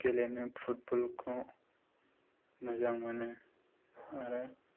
गेलेमायाव football खौ मोजां मोनो आरो